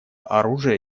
оружия